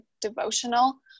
devotional